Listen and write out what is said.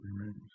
remains